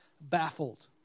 baffled